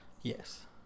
yes